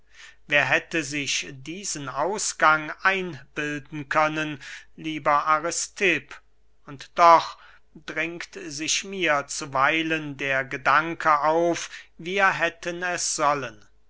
wer hätte sich diesen ausgang einbilden können lieber aristipp und doch dringt sich mir zuweilen der gedanke auf wir hätten es sollen